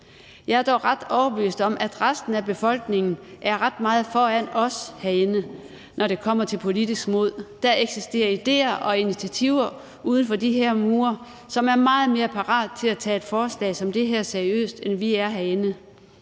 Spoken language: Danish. Jeg er dog ret overbevist om, at resten af befolkningen er ret meget foran os herinde, når det kommer til politisk mod. Der eksisterer idéer og initiativer uden for de her mure, hvor man er meget mere parate til at tage et forslag som det her seriøst, end vi er herinde.